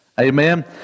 Amen